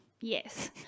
Yes